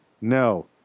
No